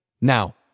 Now